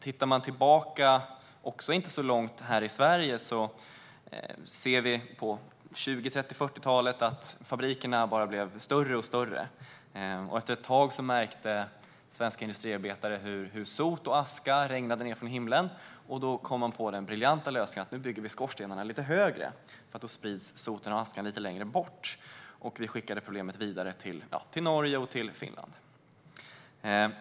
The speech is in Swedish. Tittar man tillbaka här i Sverige ser man att på 1920-, 1930 och 1940-talen blev fabrikerna bara större och större. Efter ett tag märkte svenska industriarbetare att sot och aska regnade ned från himlen. Då kom man på den briljanta lösningen att bygga skorstenarna lite högre, för då sprids sotet och askan lite längre bort. Vi skickade problemet vidare till Norge och Finland.